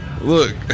Look